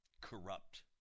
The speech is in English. corrupt